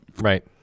Right